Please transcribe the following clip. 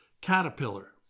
Caterpillar